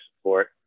support